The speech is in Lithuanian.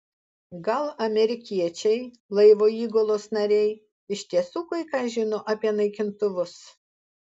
gal amerikiečiai laivo įgulos nariai iš tiesų kai ką žino apie naikintuvus